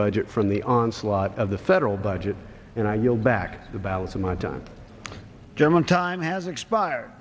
budget from the onslaught of the federal budget and i yield back the balance of my time german time has expired